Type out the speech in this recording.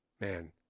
man